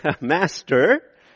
Master